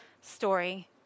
story